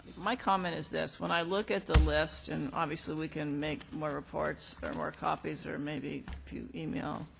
my comment is this. when i look at the list and obviously we can make more reports or more copies or maybe if you email